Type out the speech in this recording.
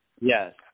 Yes